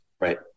Right